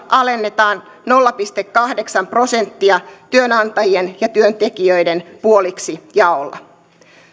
alennetaan nolla pilkku kahdeksan prosenttia työnantajien ja työntekijöiden puoliksi jaolla